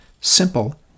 simple